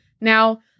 Now